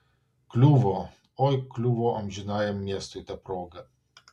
kliuvo oi kliuvo amžinajam miestui ta proga